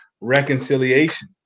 reconciliation